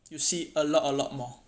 you see a lot a lot more